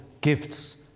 gifts